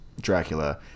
Dracula